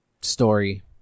story